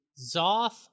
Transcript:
Zoth